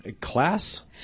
class